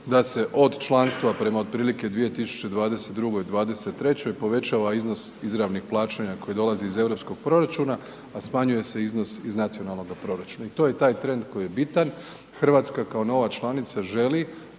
da se od članstva prema otprilike 2022., '23. povećava iznos izravnih plaćanja koji dolazi iz europskog proračuna, a smanjuje se iznos iz nacionalnoga proračuna. I to je taj trend koji je bitan. Hrvatska kao nova članica želi